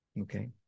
Okay